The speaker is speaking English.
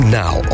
now